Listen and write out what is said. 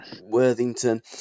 Worthington